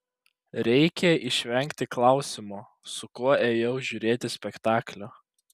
reikia išvengti klausimo su kuo ėjau žiūrėti spektaklio